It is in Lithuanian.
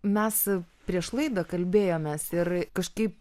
mes prieš laidą kalbėjomės ir kažkaip